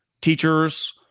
teachers